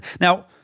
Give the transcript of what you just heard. Now